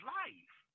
life